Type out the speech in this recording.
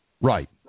Right